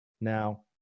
now